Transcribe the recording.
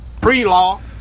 Pre-law